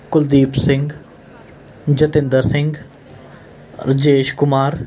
Kuldeep Singh Jatinder Singh Rajesh Kumar